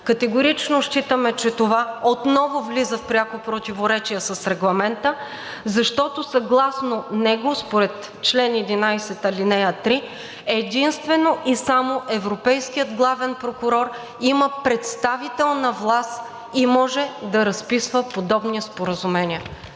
Категорично считаме, че това отново влиза в пряко противоречие с Регламента, защото съгласно него, според чл. 11, ал. 3 единствено и само европейският главен прокурор има представителна власт и може да разписва подобни споразумения.